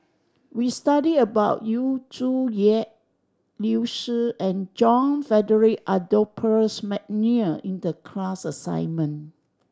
we study about Yu Zhuye Liu Si and John Frederick Adolphus McNair in the class assignment